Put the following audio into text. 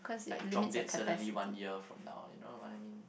like drop this suddenly one year from now you know what I mean